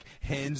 hands